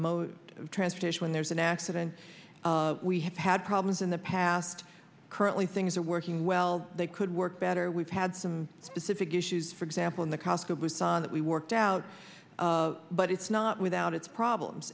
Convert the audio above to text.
mode of transportation when there's an accident we have had problems in the past currently things are working well they could work better we've had some specific issues for example in the cosco busan that we worked out but it's not without its problems